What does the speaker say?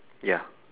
ya